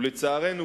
ולצערנו,